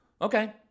Okay